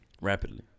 Rapidly